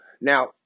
Now